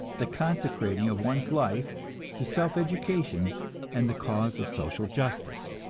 the consecrating of one's life to self education and the cause of social justice.